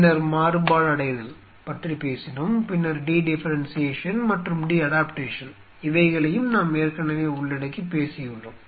பின்னர் மாறுபாடடைதல் பற்றி பேசினோம் பின்னர் டி டிஃபரென்சியேஷன் மற்றும் டி அடாப்டேஷன் இவைகளையும் நாம் ஏற்கனவே உள்ளடக்கி பேசியுள்ளோம்